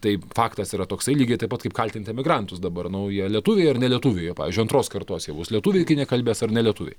tai faktas yra toksai lygiai taip pat kaip kaltinti emigrantus dabar nau jie lietuviai ar ne lietuviai pavyzdžiui antros kartos jie bus lietuviai kai nekalbės ar nelietuviai